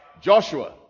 joshua